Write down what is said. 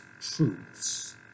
truths